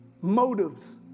motives